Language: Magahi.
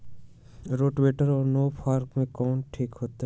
रोटावेटर और नौ फ़ार में कौन ठीक होतै?